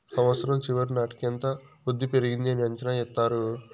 సంవచ్చరం చివరి నాటికి ఎంత వృద్ధి పెరిగింది అని అంచనా ఎత్తారు